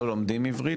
לא לומדים עברית,